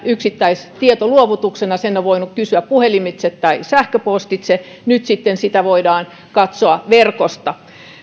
yksittäistietoluovutuksena sen on voinut kysyä puhelimitse tai sähköpostitse nyt sitten sitä voidaan katsoa verkosta